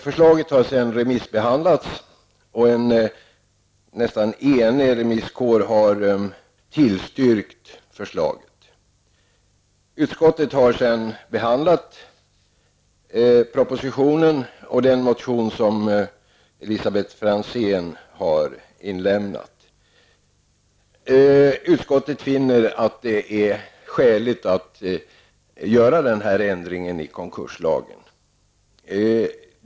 Förslaget har remissbehandlats och en nästan enig remisskår har tillstyrkt förslaget. Utskottet har sedan behandlat propositionen och den motion som Elisabet Franzén har inlämnat. Utskottet finner att det är skäligt att göra den här ändringen i konkurslagen.